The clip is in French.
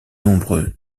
nombre